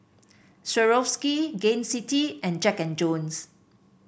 Swarovski Gain City and Jack And Jones